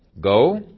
Go